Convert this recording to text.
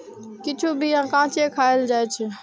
किछु बीया कांचे खाएल जाइ छै